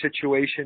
situation